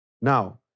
Now